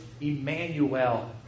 Emmanuel